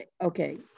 okay